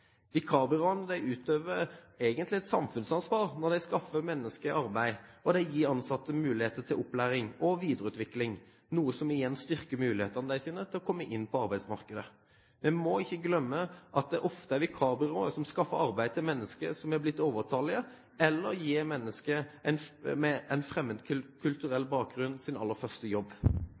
Vikarbyråene utøver egentlig et samfunnsansvar når de skaffer mennesker arbeid og gir de ansatte mulighet til opplæring og videreutvikling, noe som igjen styrker mulighetene deres til å komme inn på arbeidsmarkedet. Vi må ikke glemme at det ofte er vikarbyråer som skaffer arbeid til mennesker som er blitt overtallige, eller som gir mennesker med en fremmedkulturell bakgrunn, deres aller første jobb.